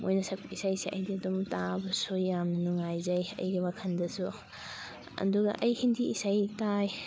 ꯃꯣꯏꯅ ꯁꯛꯄ ꯏꯁꯩꯁꯦ ꯑꯩꯗꯤ ꯑꯗꯨꯝ ꯇꯥꯕꯁꯨ ꯌꯥꯝ ꯅꯨꯡꯉꯥꯏꯖꯩ ꯑꯩꯒꯤ ꯋꯥꯈꯜꯗꯁꯨ ꯑꯗꯨꯒ ꯑꯩ ꯍꯤꯟꯗꯤ ꯏꯁꯩ ꯇꯥꯏ